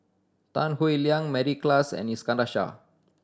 Tan Howe Liang Mary Klass and Iskandar Shah